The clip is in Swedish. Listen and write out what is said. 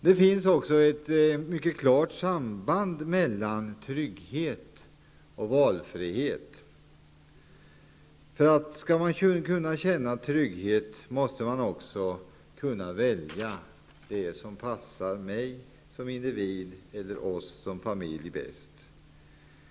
Det finns ett mycket klart samband mellan trygghet och valfrihet. Om man skall kunna känna trygghet måste det finnas möjlighet att välja det som passar mig som individ eller oss som familj bäst.